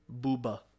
Booba